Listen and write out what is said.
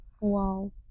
Wow